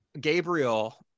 Gabriel